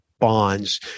bonds